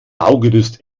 baugerüst